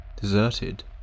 deserted